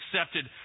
accepted